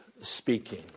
speaking